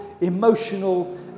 emotional